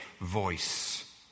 voice